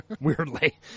Weirdly